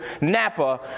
Napa